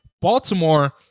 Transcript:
Baltimore